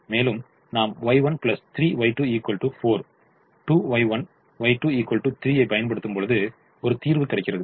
மேலும் நாம் Y1 3Y2 4 2Y1 Y2 3 ஐ பயன்படுத்தும் பொழுது ஒரு தீர்வு கிடைக்கிறது